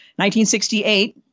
1968